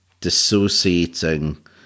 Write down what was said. dissociating